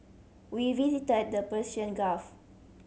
we visited the Persian Gulf